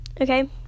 Okay